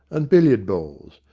and billiard-balls.